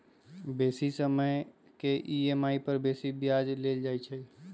बेशी समय के ई.एम.आई पर बेशी ब्याज लेल जाइ छइ